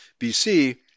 BC